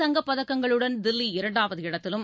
தங்கப்பதக்கங்களுடன் தில்லி இரண்டாவது இடத்திலும்